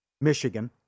Michigan